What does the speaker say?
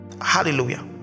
hallelujah